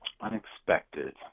Unexpected